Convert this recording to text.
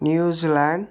New Zealand